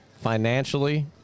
financially